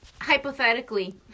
hypothetically